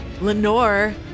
Lenore